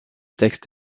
texte